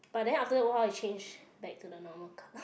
but then after awhile it change back to the normal kind